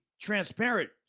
transparent